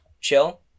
chill